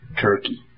turkey